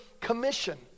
Commission